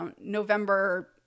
November